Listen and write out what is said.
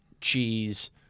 cheese